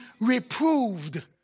reproved